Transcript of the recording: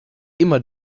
immer